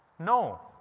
no.